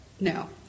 No